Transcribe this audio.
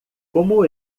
como